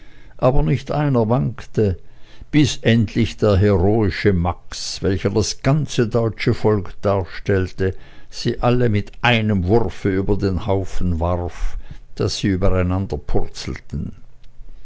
aber nicht einer wankte bis endlich der heroische max welcher das ganze deutsche volk darstellte sie alle mit einem wurfe über den haufen warf daß sie